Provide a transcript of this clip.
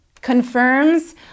confirms